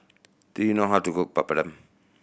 do you know how to cook Papadum